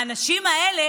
האנשים האלה